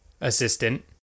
assistant